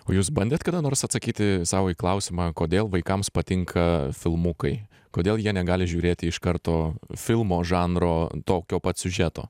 o jūs bandėt kada nors atsakyti sau į klausimą kodėl vaikams patinka filmukai kodėl jie negali žiūrėti iš karto filmo žanro tokio pat siužeto